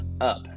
up